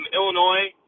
Illinois